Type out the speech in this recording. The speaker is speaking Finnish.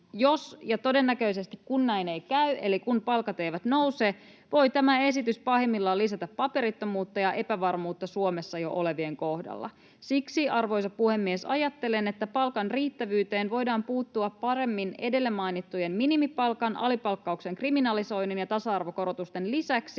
Jos ja todennäköisesti kun näin ei käy eli kun palkat eivät nouse, voi tämä esitys pahimmillaan lisätä paperittomuutta ja epävarmuutta Suomessa jo olevien kohdalla. Siksi, arvoisa puhemies, ajattelen, että palkan riittävyyteen voidaan puuttua paremmin edellä mainittujen minimipalkan, alipalkkauksen kriminalisoinnin ja tasa-arvokorotusten lisäksi